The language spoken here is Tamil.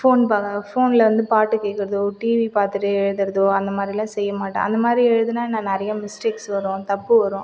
ஃபோன் பார்க்குற ஃபோனில் வந்து பாட்டுக்கேட்குறதோ டிவி பார்த்துட்டு எழுதுகிறதோ அந்தமாதிரிலாம் செய்ய மாட்டேன் அந்தமாதிரி எழுதுன நான் நிறைய மிஸ்டேக்ஸ் வரும் தப்பு வரும்